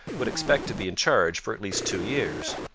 would expect to be in charge for at least two years.